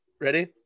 Ready